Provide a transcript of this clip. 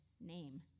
name